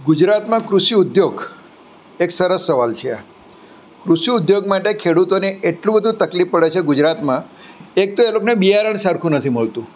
ગુજરાતમાં કૃષિ ઉદ્યોગ એક સરસ સવાલ છે આ કૃષિ ઉદ્યોગ માટે ખેડુતોને એટલું બધું તકલીફ પડે છે ગુજરાતમાં એક તો એ લોકને બિયારણ સરખું નથી મળતું